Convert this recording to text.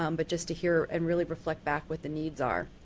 um but just to hear and really reflect back what the needs are.